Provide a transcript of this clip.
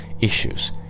issues